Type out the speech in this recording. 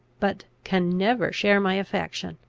but can never share my affection.